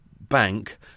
bank